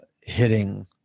hitting